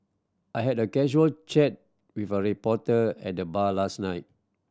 I had a casual chat with a reporter at the bar last night